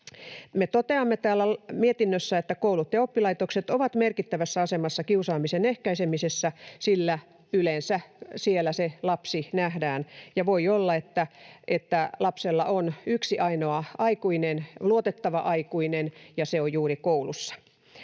Me toteamme täällä mietinnössä, että koulut ja oppilaitokset ovat merkittävässä asemassa kiusaamisen ehkäisemisessä, sillä yleensä siellä se lapsi nähdään ja voi olla, että lapsella on yksi ainoa luotettava aikuinen ja se on juuri koulussa.